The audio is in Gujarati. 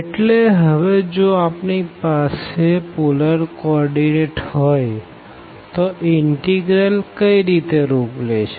એટલે હવે જો આપણી પાસે પોલર કો ઓર્ડીનેટ હોય તો ઇનટીગ્રલ કઈ રીતે રૂપ લેશે